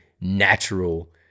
natural